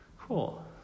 cool